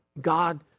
God